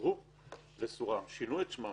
ששינו את שמם